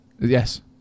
Yes